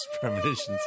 premonitions